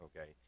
okay